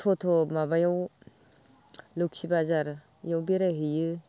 थ'थ' माबायाव लोखि बाजार इयाव बेरायहैयो